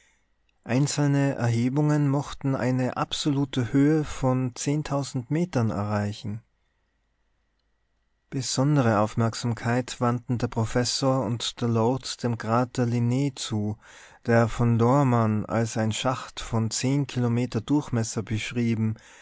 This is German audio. einzelne erhebungen mochten eine absolute höhe von metern erreichen besondere aufmerksamkeit wandten der professor und der lord dem krater linn zu der von lohrmann als ein schacht von zehn kilometer durchmesser beschrieben